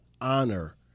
honor